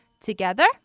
Together